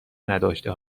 نداشته